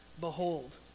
behold